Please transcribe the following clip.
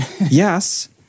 Yes